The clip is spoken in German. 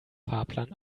fahrplan